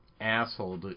asshole